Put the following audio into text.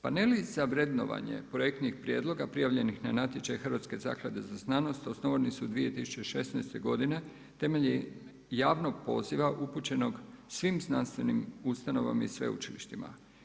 Paneli za vrednovanje projektnih prijedloga prijavljenih na natječaj Hrvatske zaklade za znanost osnovani su 2016. godine temeljem javnog poziva upućenog svim znanstvenim ustanovama i sveučilištima.